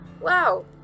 wow